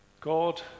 God